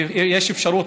ויש אפשרות,